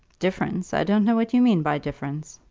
difference! i don't know what you mean by difference.